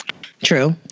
true